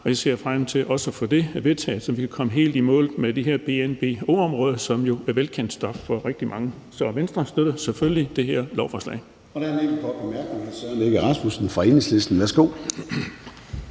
Jeg ser frem til at få det vedtaget, så vi kan komme helt i mål med de her BNBO-områder, som jo er velkendt stof for rigtig mange. Så Venstre støtter selvfølgelig det her lovforslag.